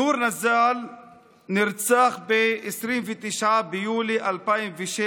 נור נזאל נרצח ב-29 ביולי 2006,